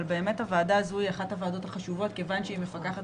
באמת הוועדה הזו היא אחת הועדות החשובות כיוון שהיא מפקחת